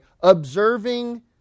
observing